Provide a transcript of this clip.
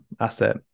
asset